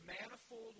manifold